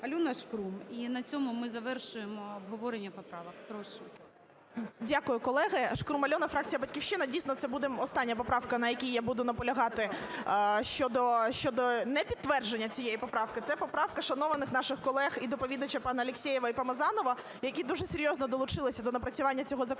ПаніАльона Шкрум. І на цьому ми завершуємо обговорення поправок. Прошу. 10:37:58 ШКРУМ А.І. Дякую, колеги. ШкрумАльона, фракція "Батьківщина". Дійсно, це буде остання поправка, на якій я буду наполягати щодо непідтвердження цієї поправки, це поправка шанованих наших колег і доповідача пана Алексєєва і Помазанова, які дуже серйозно долучилися до напрацювання цього законопроекту.